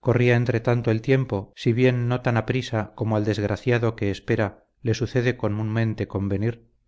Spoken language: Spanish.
corría entretanto el tiempo si bien no tan aprisa como al desgraciado que espera le suele comúnmente convenir